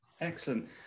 Excellent